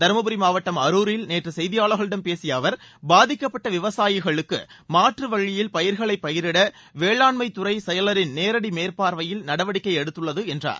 தருமபுரி மாவட்டம் அருரில் நேற்று செய்தியாளர்களிடம் பேசிய அவர் பாதிக்கப்பட்ட விவசாயிகளுக்கு மாற்றுவழியில் பயிர்களை பயிரிட வேளாண்மை துறை செயலரின் நேரடி மேற்பார்வையில் நடவடிக்கை எடுத்துள்ளது என்றார்